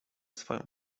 swoją